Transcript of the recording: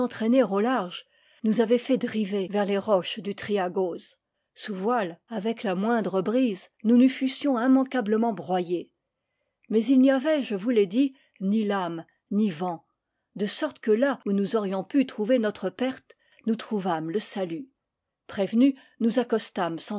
au large nous avaient fait driver vers les roches du triagoz sous voiles avec la moindre brise nous nous fussions immanquablement broyés mais il n'y avait je vous l'ai dit ni lames ni vent de sorte que là où nous aurions pu trouver notre perte nous trou vâmes le salut prévenus nous